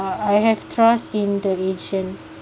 I have trust in the agent